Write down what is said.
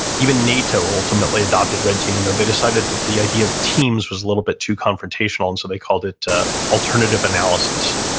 even nato ultimately adopted red teaming. though they decided that the idea of teams was a little bit too confrontational and so they called it alternative analysis.